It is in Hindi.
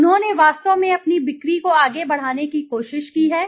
उन्होंने वास्तव में अपनी बिक्री को आगे बढ़ाने की कोशिश की है